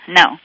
no